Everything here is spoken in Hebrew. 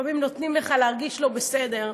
לפעמים נותנים לך להרגיש לא בסדר,